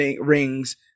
rings